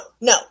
no